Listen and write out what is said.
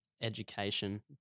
education